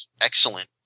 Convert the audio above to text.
excellent